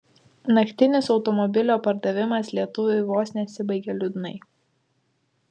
naktinis automobilio pardavimas lietuviui vos nesibaigė liūdnai